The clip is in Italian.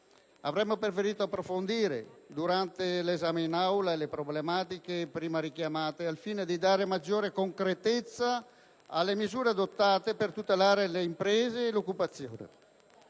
Avremmo preferito approfondire, durante l'esame in Aula, le problematiche prima richiamate, al fine di dare maggiore correttezza alle misure adottate per tutelare le imprese e l'occupazione,